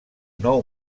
nou